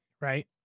Right